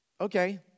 Okay